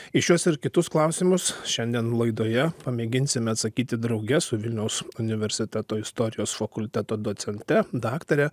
į šiuos ir kitus klausimus šiandien laidoje pamėginsime atsakyti drauge su vilniaus universiteto istorijos fakulteto docente daktare